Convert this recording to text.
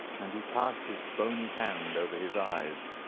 and he passed his boney hand over his eyes.